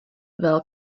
vēl